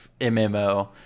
MMO